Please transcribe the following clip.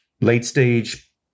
late-stage